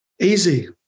Easy